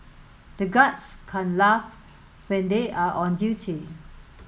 the guards can't laugh when they are on duty